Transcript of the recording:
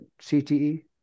CTE